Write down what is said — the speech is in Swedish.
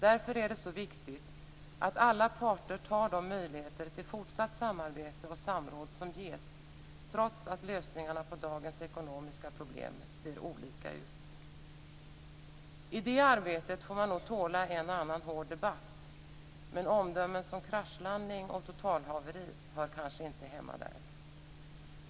Därför är det så viktigt att alla parter tar de möjligheter till fortsatt samarbete och samråd som ges, trots att lösningarna på dagens ekonomiska problem ser olika ut. I det arbetet får man nog tåla en och annan hård debatt, men omdömen som kraschlandning och totalhaveri hör kanske inte hemma där.